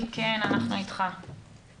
יש שני מרכזי